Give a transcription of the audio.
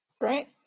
right